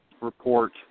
report